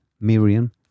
Miriam